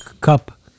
cup